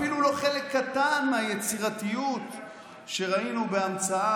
אפילו לא חלק קטן מהיצירתיות שראינו בהמצאה